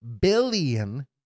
billion